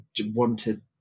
wanted